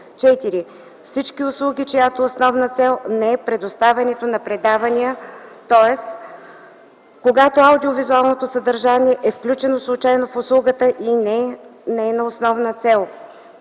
4. всички услуги, чиято основна цел не е предоставянето на предавания, тоест когато адио-визуалното съдържание е включено случайно в услугата и не е нейна основна цел;